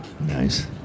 Nice